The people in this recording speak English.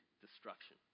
destruction